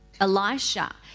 Elisha